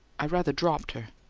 i rather dropped her.